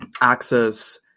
access